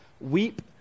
Weep